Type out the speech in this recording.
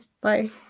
bye